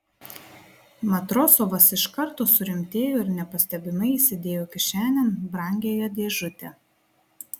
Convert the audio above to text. matrosovas iš karto surimtėjo ir nepastebimai įsidėjo kišenėn brangiąją dėžutę